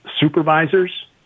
supervisors